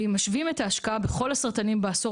אם משווים את ההשקעה בכל הסרטנים בעשור